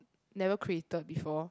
never created before